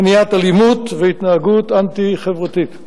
מניעת אלימות והתנהגות אנטי-חברתית.